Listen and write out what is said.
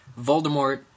Voldemort